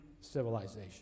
civilization